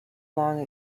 long